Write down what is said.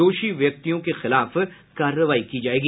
दोषी व्यक्यिों के खिलाफ कार्रवाई की जायेगी